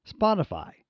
Spotify